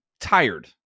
tired